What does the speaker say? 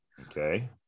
Okay